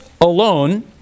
alone